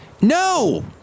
No